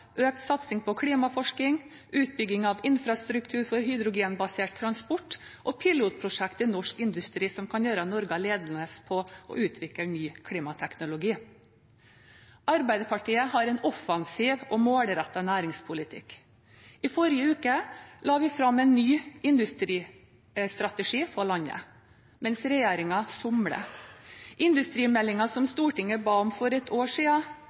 økt satsing på klimaforsking, utbygging av infrastruktur for hydrogenbasert transport og pilotprosjekter i norsk industri som kan gjøre Norge ledende på å utvikle ny klimateknologi. Arbeiderpartiet har en offensiv og målrettet næringspolitikk. I forrige uke la vi fram en ny industristrategi for landet – mens regjeringen somler. Industrimeldingen som Stortinget ba om for et år